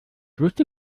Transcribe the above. wusste